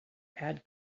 add